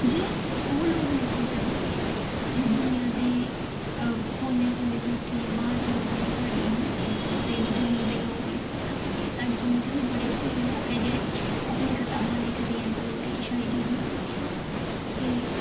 जे ओह् लोक लिखी सकदे ऐ एह् दुनियां दे कोने कोने तूं उट्ठियै बाह्र दे लोक साढ़े जम्मू दे लोक लिखी सकदे न साढ़े जम्मू च बथ्हेरे लोक जेह्ड़े अपनी कताबां लिखदे ऐ बोलदे ऐ शायरियां बोलदे आं ते